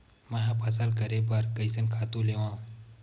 मैं ह फसल करे बर कइसन खातु लेवां?